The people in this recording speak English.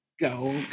go